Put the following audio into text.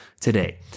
today